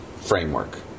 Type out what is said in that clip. framework